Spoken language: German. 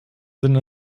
sinne